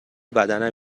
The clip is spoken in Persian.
بدنم